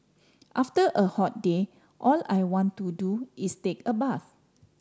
after a hot day all I want to do is take a bath